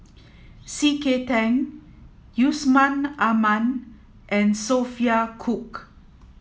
C K Tang Yusman Aman and Sophia Cooke